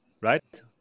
right